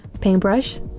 paintbrush